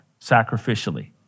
sacrificially